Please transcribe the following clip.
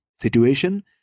situation